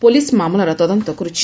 police ମାମଲାର ତଦନ୍ତ କରୁଛି